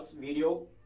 video